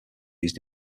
used